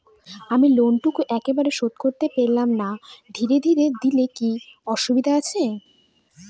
আমি লোনটুকু একবারে শোধ করতে পেলাম না ধীরে ধীরে দিলে কি অসুবিধে আছে?